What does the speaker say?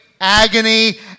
agony